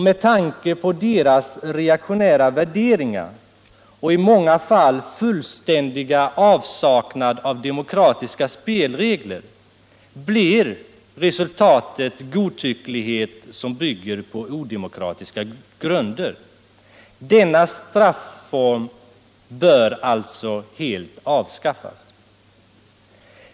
Med tanke på deras reaktionära värderingar och i många fall fullständiga avsaknad av känsla för demokratiska spelregler blir resultatet godtycklighet som bygger på odemokratiska grunder. Denna strafform bör därför helt avskaffas.